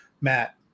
Matt